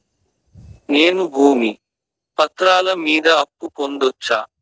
నేను భూమి పత్రాల మీద అప్పు పొందొచ్చా?